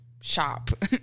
shop